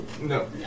No